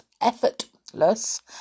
effortless